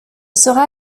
sera